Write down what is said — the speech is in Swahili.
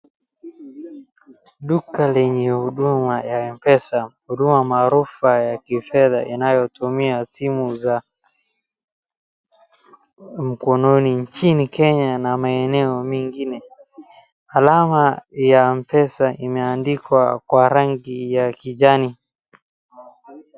Duka lenye huduma ya M-pesa. Huduma maarufu ya kifedha inayotumia simu za mkononi nchini Kenya na maeneo mengine. Alama ya M-pesa imeandikwa kwa rangi ya kijani.